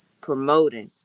promoting